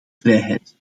vrijheid